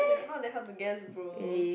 not that hard to guess bro